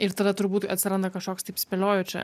ir tada turbūt atsiranda kažkoks taip spėlioju čia